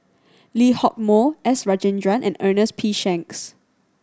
Lee Hock Moh S Rajendran and Ernest P Shanks